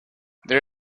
there